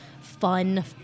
fun